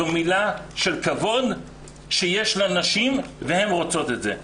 זו מילה של כבוד שיש לנשים והן רוצות את זה.